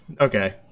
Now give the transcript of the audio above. Okay